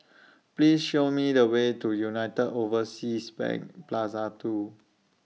Please Show Me The Way to United Overseas Bank Plaza two